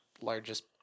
largest